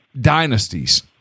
dynasties